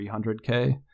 300k